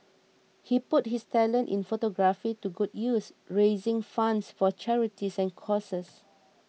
he put his talent in photography to good use raising funds for charities and causes